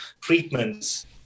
treatments